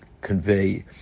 convey